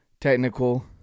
technical